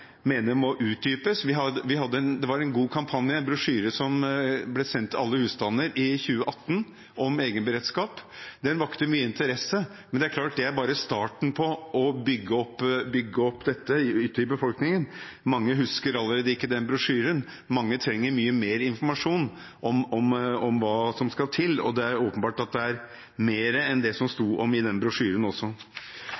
ble sendt til alle husstander i 2018 om egenberedskap. Den vakte mye interesse, men det er klart at det er bare starten på å bygge opp dette ute i befolkningen. Mange husker ikke lenger den brosjyren, mange trenger mye mer informasjon om hva som skal til, og det er åpenbart at det er mer enn det som det sto